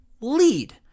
lead